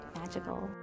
magical